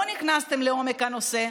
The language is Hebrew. לא נכנסתם לעומק הנושא,